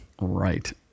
Right